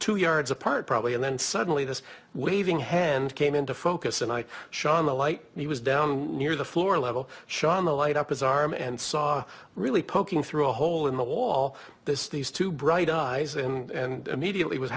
two yards apart probably and then suddenly this waving hand came into focus and i shined a light and he was down near the floor level schama light up his arm and saw really poking through a hole in the wall this these two bright eyes and immediately was